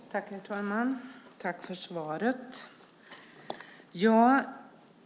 Herr talman! Tack för svaret!